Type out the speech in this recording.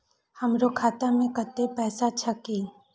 हमरो खाता में कतेक पैसा छकीन?